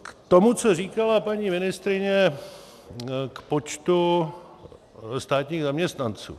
K tomu, co říkala paní ministryně k počtu státních zaměstnanců.